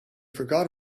forgot